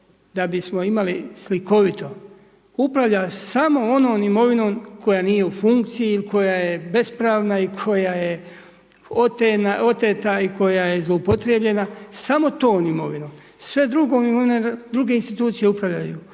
da bismo imali slikovito, upravlja samo onom imovinom koja nije u funkciji i koja je bespravna i koja je oteta i koja je zloupotrijebljena, samo tom imovinom. Sve drugom imovinom, druge institucije upravljaju,